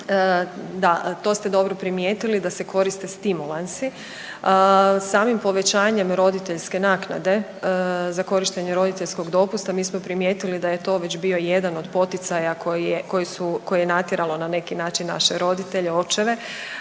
Da, to ste dobro primijetili, da se koristi stimulansi. Samim povećanjem roditeljske naknade za korištenje roditeljskog dopusta, mi smo primijetili da je to već bio jedan od poticaja koji je, koji su, koji je natjeralo, na neki način naše roditelje, očeve